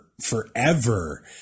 forever